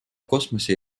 космосе